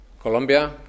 Colombia